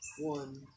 One